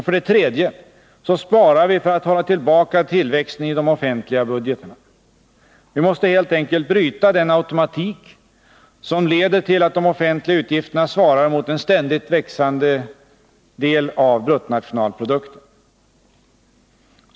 För det tredje sparar vi för att hålla tillbaka tillväxten i de offentliga budgetarna. Vi måste helt enkelt bryta den automatik som leder till att de offentliga utgifterna svarar mot en ständigt växande del av bruttonationalprodukten.